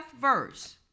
verse